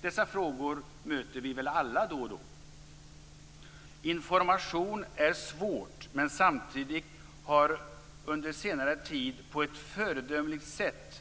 Dessa frågor möter vi väl alla då och då. Information är svårt, men samtidigt har Sida under senare tid på ett föredömligt sätt